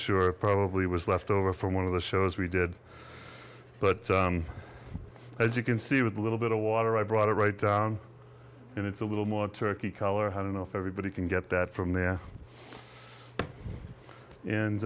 sure probably was leftover from one of the shows we did but as you can see with a little bit of water i brought it right down and it's a little more turkey color how to know if everybody can get that from there